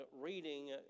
reading